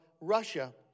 Russia